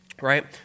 Right